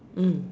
mm